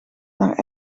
naar